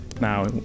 Now